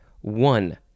One